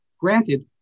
granted